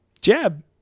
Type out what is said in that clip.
Jeb